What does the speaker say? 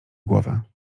głowę